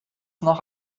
noch